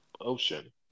ocean